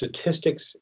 statistics